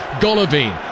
Golovin